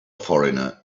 foreigner